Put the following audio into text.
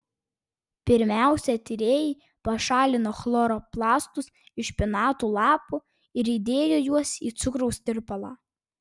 pirmiausia tyrėjai pašalino chloroplastus iš špinatų lapų ir įdėjo juos į cukraus tirpalą